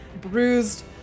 bruised